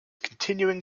continuing